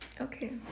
Okay